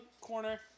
corner